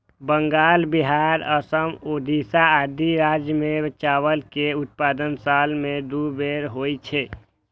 बंगाल, बिहार, असम, ओड़िशा आदि राज्य मे चावल के उत्पादन साल मे दू बेर होइ छै